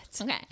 Okay